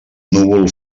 núvol